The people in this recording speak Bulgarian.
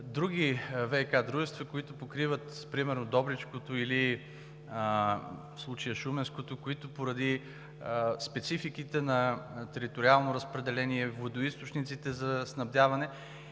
Други ВиК дружества, например Добричкото или в случая Шуменското, които поради спецификите на териториално разпределение, водоизточниците за снабдяване